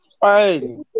Fine